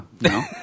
no